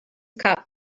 caught